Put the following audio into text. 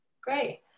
great